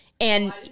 And-